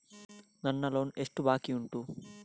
ನನ್ನ ಲೋನ್ ಎಷ್ಟು ಬಾಕಿ ಉಂಟು?